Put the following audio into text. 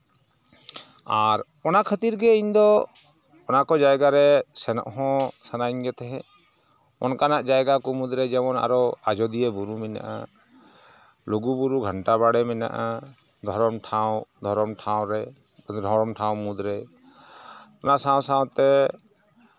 ᱟᱨ ᱚᱱᱟ ᱠᱷᱟᱹᱛᱤᱨ ᱜᱮ ᱤᱧᱫᱚ ᱚᱱᱟᱠᱚ ᱡᱟᱭᱜᱟ ᱨᱮ ᱥᱮᱱᱚᱜ ᱦᱚᱸ ᱥᱟᱱᱟᱧ ᱜᱮ ᱛᱟᱦᱮᱡ ᱚᱱᱠᱟᱱᱟᱜ ᱡᱟᱭᱜᱟ ᱠᱚ ᱢᱩᱫᱽᱨᱮ ᱡᱮᱢᱚᱱ ᱟᱨᱚ ᱟᱡᱚᱫᱤᱭᱟᱹ ᱵᱩᱨᱩ ᱢᱮᱱᱟᱜᱼᱟ ᱞᱩᱜᱩ ᱵᱩᱨᱩ ᱜᱷᱟᱱᱴᱟ ᱵᱟᱲᱮ ᱢᱮᱱᱟᱜᱼᱟ ᱫᱷᱚᱨᱚᱢ ᱴᱷᱟᱶ ᱫᱷᱚᱨᱚᱢ ᱴᱷᱟᱶ ᱨᱮ ᱫᱷᱟᱨᱚᱢ ᱴᱷᱟᱶ ᱢᱩᱫᱽᱨᱮ ᱚᱱᱟ ᱥᱟᱶ ᱥᱟᱶᱛᱮ